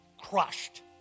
crushed